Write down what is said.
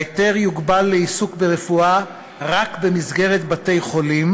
ההיתר יוגבל לעיסוק ברפואה רק במסגרת בתי-חולים,